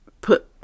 put